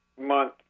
month